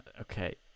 Okay